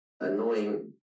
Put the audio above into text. annoying